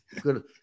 Good